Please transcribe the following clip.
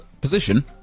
position